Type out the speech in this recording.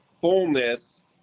fullness